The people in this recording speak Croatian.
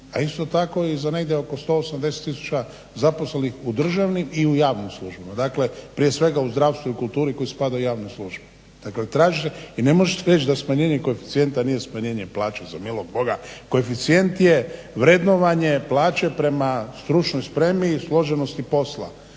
a isto tako i za negdje oko 180 tisuća zaposlenih u državnim i u javnim službama. Dakle prije svega u zdravstvu i kulturi koji spadaju u javne službe. I ne možete reći da smanjenje koeficijenta nije smanjene plaće za milog Boga. Koeficijent je vrednovanje plaće prema stručnoj spremi i složenosti posla,